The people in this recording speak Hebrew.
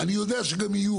אני יודע שגם יהיו,